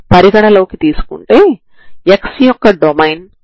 కాబట్టి ఇప్పుడు మనం u2xt ని కనుగొనవలసి ఉంటుంది మరియు ఇది నాకు తెలియదు